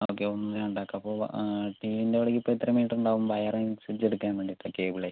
okay ഒന്ന് രണ്ട് ആക്കാം അപ്പം ടിവീൻ്റെ അവിടേക്ക് ഇപ്പം എത്ര മീറ്റർ ഉണ്ടാകും വയറ് അതിന് അനുസരിച്ച് എടുക്കാൻ വേണ്ടിയിട്ടാണ് കേബിളേ